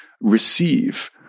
receive